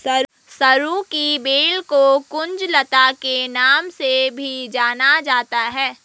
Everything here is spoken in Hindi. सरू की बेल को कुंज लता के नाम से भी जाना जाता है